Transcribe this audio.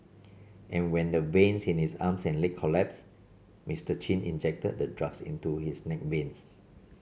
and when the veins in his arms and leg collapsed Mister Chin injected the drugs into his neck veins